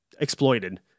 exploited